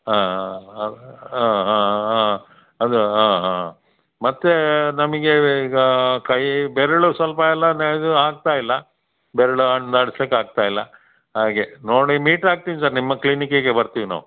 ಹಾಂ ಹಾಂ ಅದು ಹಾಂ ಹಾಂ ಹಾಂ ಅದು ಹಾಂ ಹಾಂ ಮತ್ತು ನಮಗೆ ಈಗ ಕೈ ಬೆರಳು ಸ್ವಲ್ಪ ಎಲ್ಲ ಆಗ್ತಾಯಿಲ್ಲ ಬೆರಳು ಹಂದಾಡ್ಸೋಕೆ ಆಗ್ತಾಯಿಲ್ಲ ಹಾಗೆ ನೋಡಿ ಮೀಟ್ ಆಗ್ತೀವಿ ಸರ್ ನಿಮ್ಮ ಕ್ಲಿನಿಕ್ಕಿಗೆ ಬರ್ತೀವಿ ನಾವು